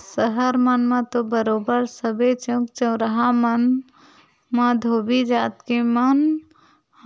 सहर मन म तो बरोबर सबे चउक चउराहा मन म धोबी जात के मन